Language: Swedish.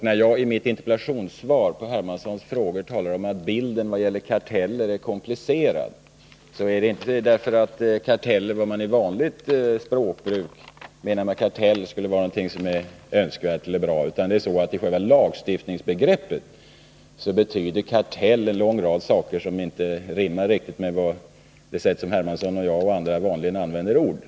När jag i mitt interpellationssvar på Carl-Henrik Hermanssons frågor säger att bilden av karteller är komplicerad är det inte för att jag anser att vad man med vanligt språkbruk kallar karteller skulle vara någonting önskvärt eller bra. Anledningen till uttalandet är i stället att begreppet kartell i lagstiftningen innefattar en lång rad saker som inte riktigt rimmar med vad Carl-Henrik Hermansson, jag och andra vanligen lägger in i ordet.